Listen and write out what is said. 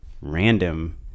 random